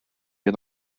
wir